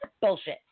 bullshit